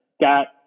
Got